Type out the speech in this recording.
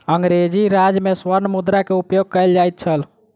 अंग्रेजी राज में स्वर्ण मुद्रा के उपयोग कयल जाइत छल